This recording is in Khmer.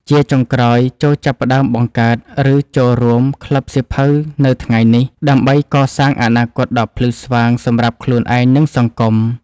ជាចុងក្រោយ ចូរចាប់ផ្ដើមបង្កើត ឬចូលរួមក្លឹបសៀវភៅនៅថ្ងៃនេះ ដើម្បីកសាងអនាគតដ៏ភ្លឺស្វាងសម្រាប់ខ្លួនឯង និងសង្គម។